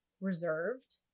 reserved